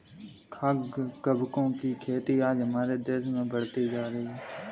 खाद्य कवकों की खेती आज हमारे देश में बढ़ती जा रही है